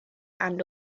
and